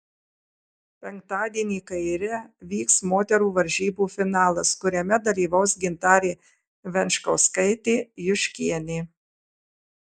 penktadienį kaire vyks moterų varžybų finalas kuriame dalyvaus gintarė venčkauskaitė juškienė